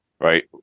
right